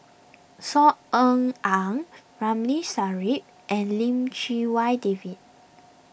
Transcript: Saw Ean Ang Ramli Sarip and Lim Chee Wai David